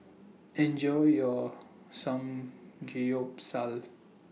Enjoy your Samgyeopsal